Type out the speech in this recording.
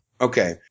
Okay